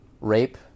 rape